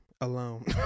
alone